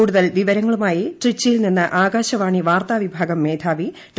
കൂടുതൽ വിവരങ്ങളുമായി ട്രിച്ചിയിൽ നിന്ന് ആകാശവാണി വാർത്താ വിഭാഗം മേധാവി ഡോ